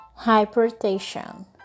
Hypertension